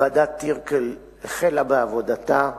ועדת-טירקל החלה בעבודתה,